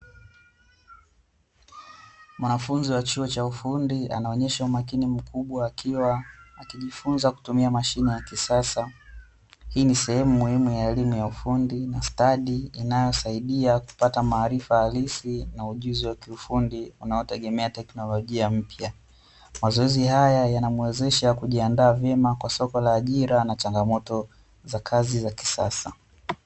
Mwanafunzi wa chuo cha ufundi anaonyesha umakini mkubwa akijifunza kutumia mashine ya kisasa, hii ni sehemu muhimu ya elimu ya ufundi na stadi inayosaidia kupata maarifa halisi na ujuzi wa kiufundi unaotegemea teknolojia mpya, mazoezi haya yanamwezesha kujiandaa vyema kwa soko la ajira na changamoto za kazi za kisasa.